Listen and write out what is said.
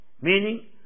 meaning